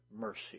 mercy